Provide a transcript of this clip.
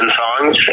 songs